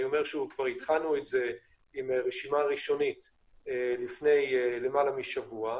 אני אומר שוב כבר התחלנו את זה עם רשימה ראשונית לפני למעלה משבוע,